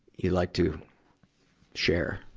you'd like to share?